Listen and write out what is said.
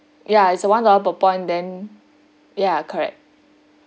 ya is a one dollar per point then ya correct